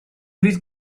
fydd